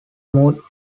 moved